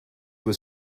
was